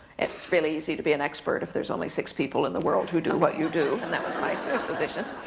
it's really easy to be an expert if there's only six people in the world who do what you do and that was my position.